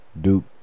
Duke